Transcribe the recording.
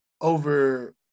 over